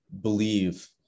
believe